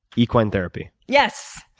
equine therapy. yes.